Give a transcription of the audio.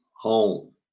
home